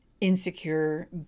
insecure